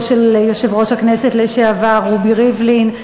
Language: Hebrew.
של יושב-ראש הכנסת לשעבר רובי ריבלין,